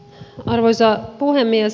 arvoisa puhemies